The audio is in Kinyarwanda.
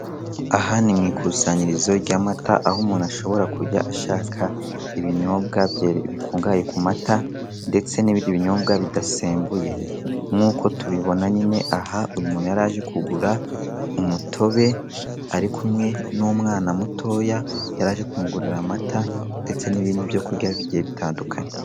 Aha ni mu ikusanyirizo ry'amata aho umuntu ashobora kujya ashaka ibinyobwa bikungahaye ku mata ndetse n'ibindi binyobwa bidasembuye. Nk'uko tubibona nyine, aha uyu umuntu yari aje kugura umutobe ari kumwe n'umwana mutoya, yari aje kumugurira amata ndetse n'ibindi byo kurya bigiye bitandukanye.